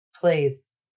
Please